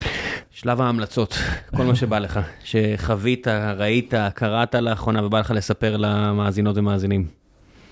שלב ההמלצות, כל מה שבא לך, שחווית, ראית, קראת לאחרונה ובא לך לספר למאזינות ומאזינים.